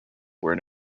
where